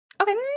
Okay